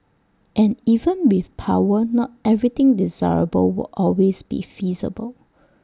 and even with power not everything desirable will always be feasible